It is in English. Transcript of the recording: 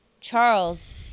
Charles